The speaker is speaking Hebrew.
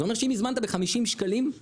זאת אומרת שאם הזמנת ב-50 שקלים הם